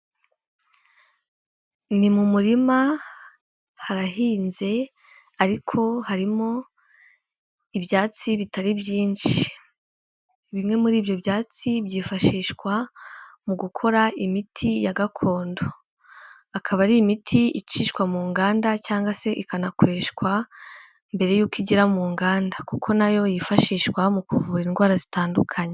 Ni mu murima harahinze ariko harimo ibyatsi bitari byinshi, bimwe muri ibyo byatsi byifashishwa mu gukora imiti ya gakondo, akaba ari imiti icishwa mu nganda cyangwa se ikanakoreshwa mbere y'uko igera mu nganda kuko na yo yifashishwa mu kuvura indwara zitandukanye.